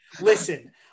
listen